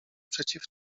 przeciw